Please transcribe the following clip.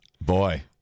Boy